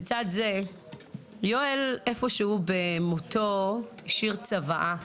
לצד זה, יואל, איפשהו במותו, השאיר צוואה.